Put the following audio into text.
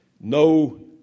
no